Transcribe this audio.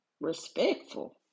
respectful